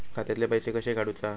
खात्यातले पैसे कशे काडूचा?